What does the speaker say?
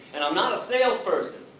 and i'm not a sales person.